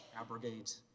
abrogate